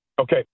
Okay